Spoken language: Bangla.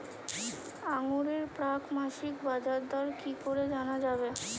আঙ্গুরের প্রাক মাসিক বাজারদর কি করে জানা যাবে?